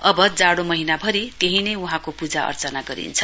अव जाँडो महीनाभरि त्यही नै वहाँको पूजा अर्चना गरिन्छ